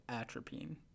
atropine